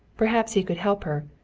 perhaps he could help her.